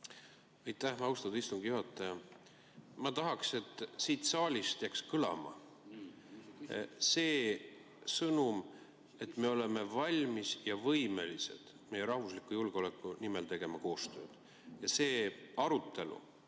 Ma tahaks, et siit saalist jääks kõlama see sõnum, et me oleme valmis ja võimelised meie rahvusliku julgeoleku nimel tegema koostööd. See arutelu